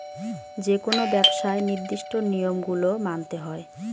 যেকোনো ব্যবসায় নির্দিষ্ট নিয়ম গুলো মানতে হয়